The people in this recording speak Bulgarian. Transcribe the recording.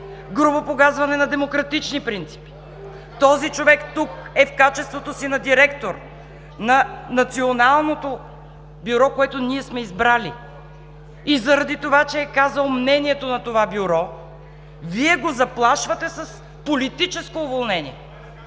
грубо погазване на демократични принципи! Този човек тук е в качеството си на директор на Националното бюро, което ние сме избрали, и заради това, че е казал мнението на това Бюро, Вие го заплашвате с политическо уволнение!